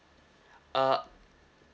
uh